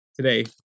today